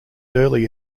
early